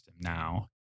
now